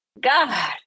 god